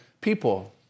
people